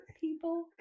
people